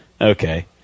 okay